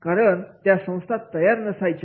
कारण त्या संस्था तयार नसायच्या